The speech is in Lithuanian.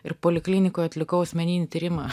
ir poliklinikoj atlikau asmeninį tyrimą